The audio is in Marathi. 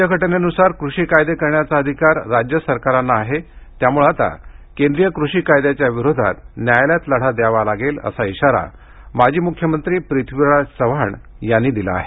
राज्यघटनेनुसार कृषी कायदे करण्याचा अधिकार राज्य सरकारांना आहे त्यामुळे आता केंद्रीय कृषी कायद्याच्याविरोधात न्यायालयात लढा द्यावा लागेल असा इशारा माजी मुख्यमंत्री पृथ्वीराज चव्हाण यांनी दिला आहे